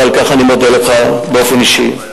ועל כך אני מודה לך באופן אישי.